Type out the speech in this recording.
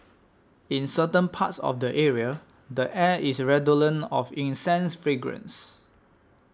in certain parts of the area the air is redolent of incense fragrance